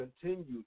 continued